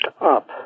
up